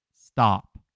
stop